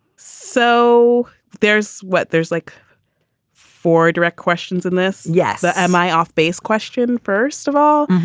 so there's what there's like for direct questions in this. yes. ah am i off base? question first of all,